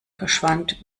verschwand